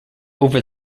over